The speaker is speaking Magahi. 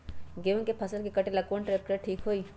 गेहूं के फसल कटेला कौन ट्रैक्टर ठीक होई?